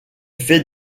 fait